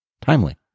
timely